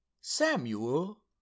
Samuel